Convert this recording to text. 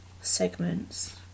segments